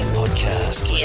podcast